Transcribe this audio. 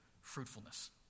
fruitfulness